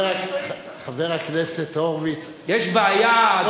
יש בעיה,